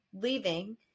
leaving